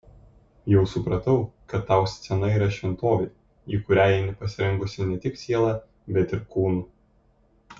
jau supratau kad tau scena yra šventovė į kurią eini pasirengusi ne tik siela bet ir kūnu